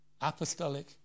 apostolic